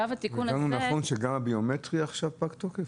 גם הביומטרי עכשיו פג תוקף?